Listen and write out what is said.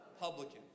Publican